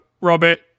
Robert